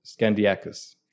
Scandiacus